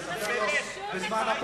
לספר לו בזמן הפנוי.